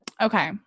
Okay